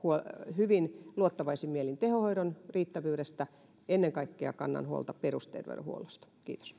hyvin luottavaisin mielin tehohoidon riittävyydestä ennen kaikkea kannan huolta perusterveydenhuollosta